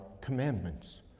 commandments